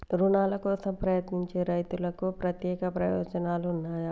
రుణాల కోసం ప్రయత్నించే రైతులకు ప్రత్యేక ప్రయోజనాలు ఉన్నయా?